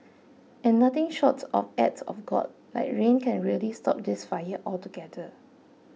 and nothing short of act of God like rain can really stop this fire altogether